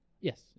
Yes